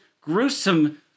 gruesome